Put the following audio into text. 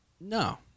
No